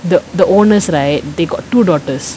the the owners right they got two daughters